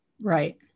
Right